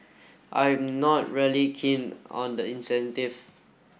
I'm not really keen on the incentive